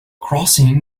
crossing